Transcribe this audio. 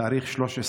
בתאריך 13